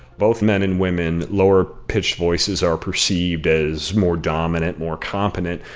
both men and women lower pitched voices are perceived as more dominant, more competent,